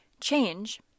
change